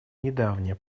недавнее